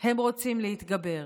הם רוצים להתגבר.